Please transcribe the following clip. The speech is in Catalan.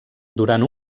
durant